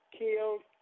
killed